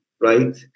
right